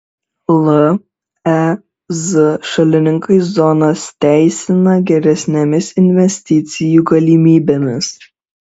lez šalininkai zonas teisina geresnėmis investicijų galimybėmis